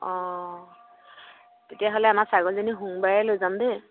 অঁ তেতিয়াহ'লে আমাৰ ছাগলজনী সোমবাৰে লৈ যাম দেই